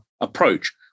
approach